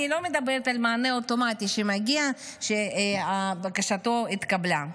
אני לא מדברת על מענה אוטומטי שמגיע שבקשתו התקבלה.